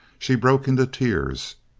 she broke into tears.